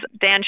Dan